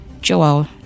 joel